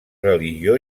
religió